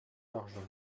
l’argent